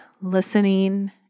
listening